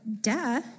duh